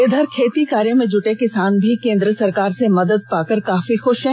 इधर खेती कार्य में जुटे किसान भी केंद्र सरकार से मदद पाकर काफी खुश हैं